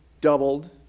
doubled